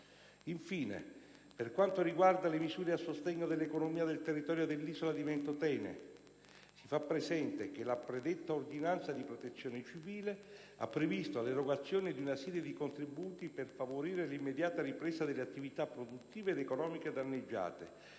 Infine, per quanto riguarda le misure a sostegno dell'economia del territorio dell'isola di Ventotene, si fa presente che la predetta ordinanza di Protezione civile ha previsto l'erogazione di una serie di contributi per favorire l'immediata ripresa delle attività produttive ed economiche danneggiate